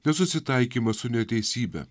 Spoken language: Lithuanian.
nesusitaikymą su neteisybe